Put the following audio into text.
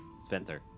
Spencer